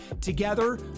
Together